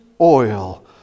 oil